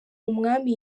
umwami